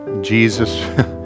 Jesus